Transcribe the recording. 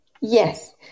yes